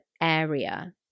area